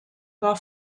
war